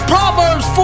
Proverbs